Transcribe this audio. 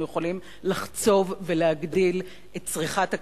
יכולים לחצוב ולהגדיל את צריכת הכחול-לבן,